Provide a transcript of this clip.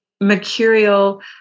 mercurial